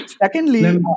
Secondly